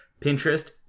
Pinterest